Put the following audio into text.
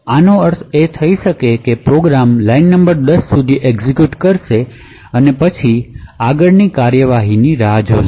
આનો અર્થ એ થઈ શકે છે કે પ્રોગ્રામ લાઇન નંબર 10 સુધી એક્ઝેક્યુટ કરશે અને તે પછી આગળની કાર્યવાહીની રાહ જોશે